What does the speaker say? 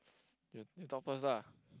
you you talk first lah